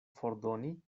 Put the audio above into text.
fordoni